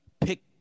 pick